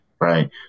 right